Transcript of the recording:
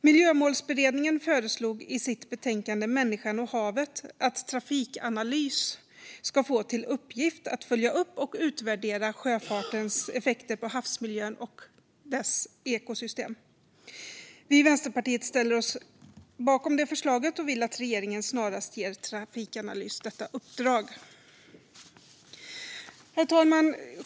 Miljömålsberedningen föreslog i sitt betänkande Människan och havet att Trafikanalys ska få till uppgift att följa upp och utvärdera sjöfartens effekter på havsmiljön och dess ekosystem. Vi i Vänsterpartiet ställer oss bakom det förslaget och vill att regeringen snarast ger Trafikanalys detta uppdrag. Herr talman!